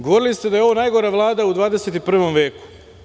Govorili ste da je ovo najgora Vlada u 21. veku.